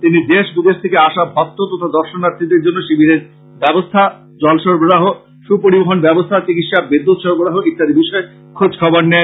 তিনি দেশ বিদেশ থেকে আসা ভক্ত তথা দর্শনার্থীদের জন্য শিবিরের ব্যাবস্থা জল সরবরাহ সু পরিবহন ব্যাবস্থা চিকিৎসা বিদ্যুত সরবরাহ ইত্যাদি বিভিন্ন বিষয়ে খোঁজ নেন